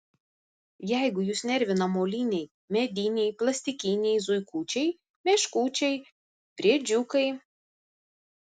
jeigu jus nervina moliniai mediniai plastikiniai zuikučiai meškučiai briedžiukai